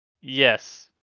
yes